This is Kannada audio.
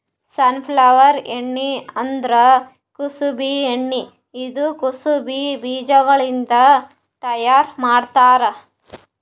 ಸಾರ್ಫ್ಲವರ್ ಎಣ್ಣಿ ಅಂದುರ್ ಕುಸುಬಿ ಎಣ್ಣಿ ಇದು ಕುಸುಬಿ ಬೀಜಗೊಳ್ಲಿಂತ್ ತೈಯಾರ್ ಮಾಡ್ತಾರ್